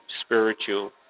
spiritual